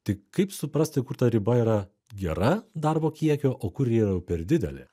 tai kaip suprasti kur ta riba yra gera darbo kiekio o kur ji yra jau per didelė